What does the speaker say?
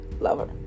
lover